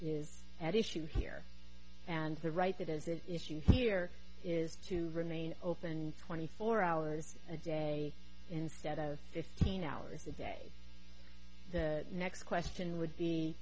is at issue here and the right that is the issue here is to remain open twenty four hours a day instead of fifteen hours a day the next question would be